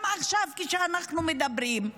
גם עכשיו, כשאנחנו מדברים,